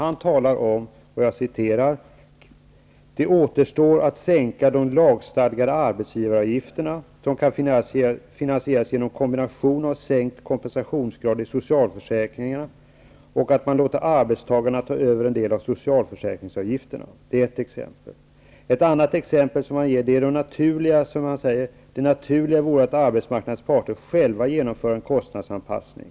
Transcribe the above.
Han talar om att det återstår att sänka de lagstadgade arbetsgivaravgifterna som kan finansieras genom en kombination av sänkt kompensationsgrad i socialförsäkringarna och genom att man låter arbetstagarna ta över en del av socialförsäkringsavgiften. Det är ett exempel. Ett annat exempel som han ger är att det naturliga vore att arbetsmarknadens parter själva genomförde en kostnadsanpassning.